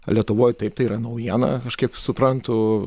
lietuvoj taip tai yra naujiena aš kaip suprantu